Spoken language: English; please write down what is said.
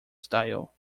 style